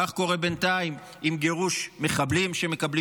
כך קורה בינתיים עם גירוש מחבלים שמקבלים